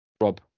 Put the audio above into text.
Rob